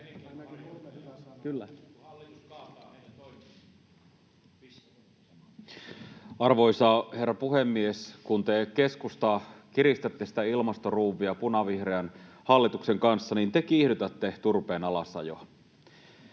Arvoisa herra puhemies! Kun te, keskusta, kiristätte sitä ilmastoruuvia punavihreän hallituksen kanssa, niin te kiihdytätte turpeen alasajoa.